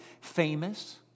famous